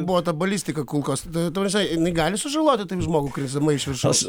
buvo ta balistika kulkos ta prasme jinai gali sužaloti taip žmogų krisdama iš viršaus